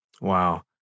Wow